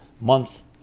month